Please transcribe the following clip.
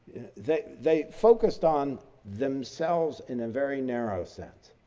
they they focus on themselves in a very narrow sense.